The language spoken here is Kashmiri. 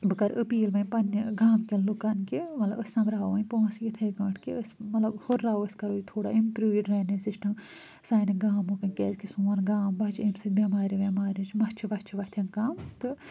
بہٕ کَرٕ أپیٖل وۄنۍ پنٛنہِ گامکٮ۪ن لُکَن کہِ مطلب أسۍ سۄمبراو وۄنۍ پونٛسہٕ یِتھے کٔنۍ کہِ أسۍ مطلب ہُراوو أسۍ کَرو یہِ تھوڑا اِمپرٛوٗ یہِ ڈرٛیننیج سِسٹَم سانہِ گامُکَن کیٛازِکہِ سون گام بَچہِ امہِ سۭتۍ بٮ۪مارِ وٮ۪مارِ چھِ مَچھِ وچھِ وتھَن کَم تہٕ